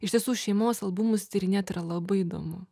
iš tiesų šeimos albumus tyrinėt yra labai įdomu